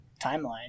timeline